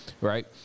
right